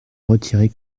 retirer